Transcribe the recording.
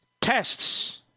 Tests